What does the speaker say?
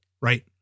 right